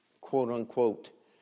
quote-unquote